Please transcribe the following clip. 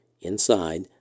inside